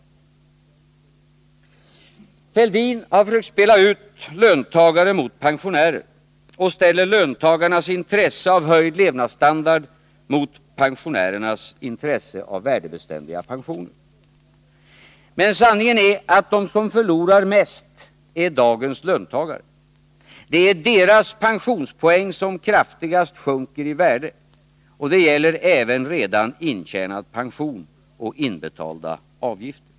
Herr Fälldin har försökt spela ut löntagare mot pensionärer och ställer löntagarnas intresse av höjd levnadsstandard mot pensionärernas intresse av värdebeständiga pensioner. Men sanningen är att de som förlorar mest är dagens löntagare — det är deras pensionspoäng som kraftigast sjunker i värde. Det gäller även redan intjänad pension och inbetalda avgifter.